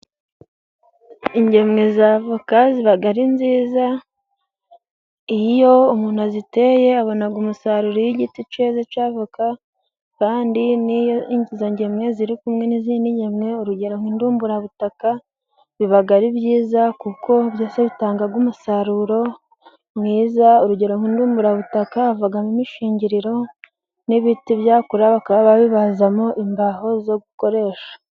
Ingemwe z'avoka ziba ari nziza, iyo umuntu aziteye abona umusaruro, iy'igiti cyeze cy'avoka, Kandi niyo izo ngemwe ziri kumwe n'izindi ngemwe, urugero nk'indumburabutaka biba ari byiza, kuko byose bitanga umusaruro mwiza, urugero nk'indumurabutaka havamo imishingiriro n'ibiti, byakura bakaba babibazamo imbaho zo gukoresha.